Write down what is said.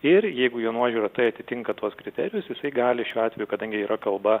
ir jeigu jo nuožiūra tai atitinka tuos kriterijus jisai gali šiuo atveju kadangi yra kalba